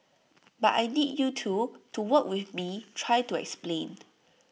but I need you too to work with me try to explain